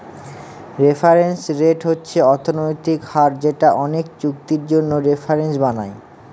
reference rate হচ্ছে অর্থনৈতিক হার যেটা অনেকে চুক্তির জন্য রেফারেন্স বানায়